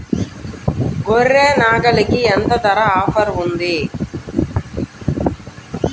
గొర్రె, నాగలికి ఎంత ధర ఆఫర్ ఉంది?